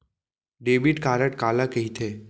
Debit card काला कहिथे?